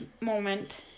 moment